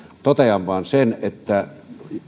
totean vain sen että